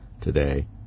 today